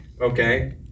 okay